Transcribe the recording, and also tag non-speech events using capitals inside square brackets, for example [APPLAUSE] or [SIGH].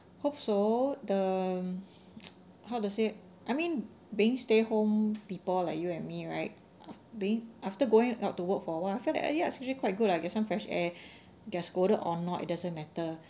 hope so the [NOISE] how to say I mean being stay home people like you and me right be after going out to work for awhile after that eh ya it's actually quite good ah get some fresh air get scolded or not it doesn't matter